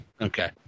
Okay